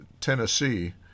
Tennessee